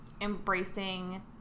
Embracing